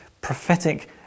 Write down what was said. prophetic